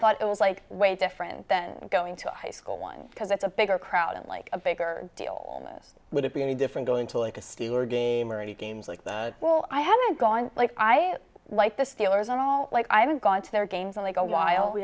thought it was like way different then going to high school one because it's a bigger crowd and like a bigger deal would it be any different going to like a steeler game or any games like that well i haven't gone like i like the steelers at all like i haven't gone to their games in like a while we